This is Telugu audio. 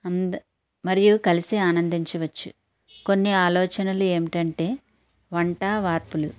అందా మరియు కలిసి ఆనందించవచ్చు కొన్ని ఆలోచనలు ఏమిటంటే వంట వార్పులు